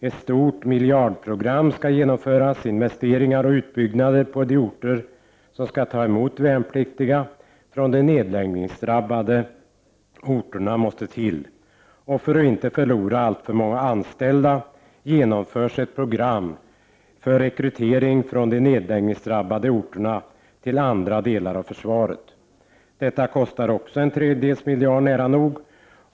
Ett stort miljardprogram skall genomföras. Investeringar och utbyggnader på de orter som skall ta emot värnpliktiga från de nedläggningsdrabbade orterna måste till. För att inte förlora alltför många anställda genomförs ett program för rekrytering från de nedläggningsdrabbade orterna till andra delar av försvaret. Detta kostar också en tredjedels miljard.